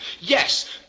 Yes